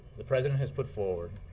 the president has put forward,